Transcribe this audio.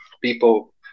people